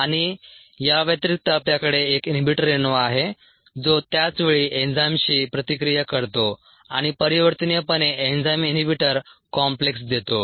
आणि या व्यतिरिक्त आपल्याकडे एक इनहिबिटर रेणू आहे जो त्याच वेळी एन्झाइमशी प्रतिक्रिया करतो आणि परिवर्तनीयपणे एन्झाइम इनहिबिटर कॉम्प्लेक्स देतो